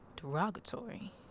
Derogatory